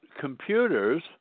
computers